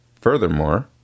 Furthermore